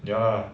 ya lah